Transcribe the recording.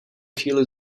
chvíli